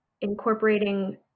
incorporating